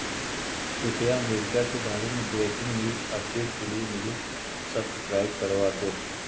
कृपया अमेरिका के बारे में ब्रेकिंग न्यूज अपडेट के लिए मुझे सब्सक्राइब करवा दो